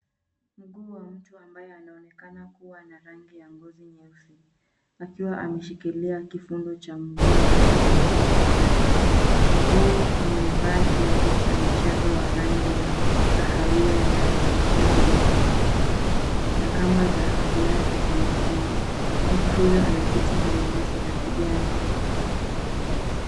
Mguu wa mtu ambayo anaonekana kuwa na rangi ya ngozi nyeusi, akiwa ameshikilia kifundo cha mguu wake kwa mikono yake. Mguu umevaa kiatu cha michezo wa rangi ya kahawia na nyuzi nyeupe, na kamba za kiatu zimefungwa. Mtu huyu ameketi kwenye nyasi za kijani.